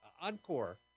encore